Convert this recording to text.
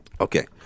Okay